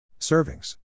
Servings